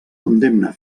condemna